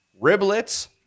riblets